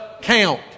count